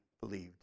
believed